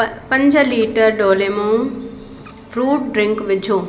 प पंज लीटर डोलेमोम फ्रूट ड्रिंक विझो